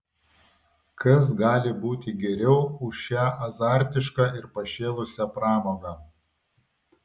kas gali būti geriau už šią azartišką ir pašėlusią pramogą